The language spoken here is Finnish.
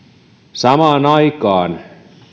samaan aikaan